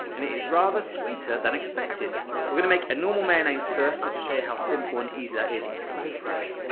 and it is rather sweeter than expected. we're gonna make a normal mayonnaise first just to show you how simple and easy that is, and so fresh.